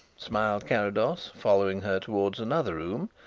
smiled carrados, following her towards another room,